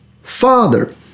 Father